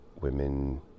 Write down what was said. women